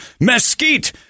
Mesquite